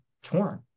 torn